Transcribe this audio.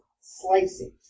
slicing